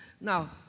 Now